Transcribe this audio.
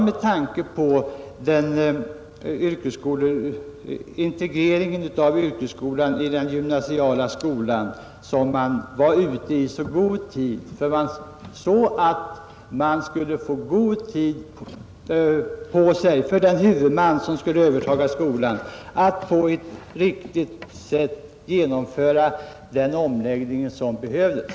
Med tanke på integreringen av yrkesskolan i den gymnasiala skolan ville man vara ute i god tid — man ville att den huvudman som skulle överta skolan skulle få möjlighet att på ett riktigt sätt genomföra den omläggning som behövdes.